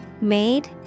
Made